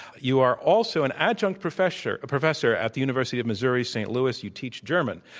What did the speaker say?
you are also an adjunct professor professor at the university of missouri, st. louis. you teach german.